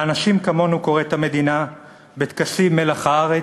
לאנשים כמונו קוראת המדינה בטקסים "מלח הארץ",